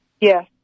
yes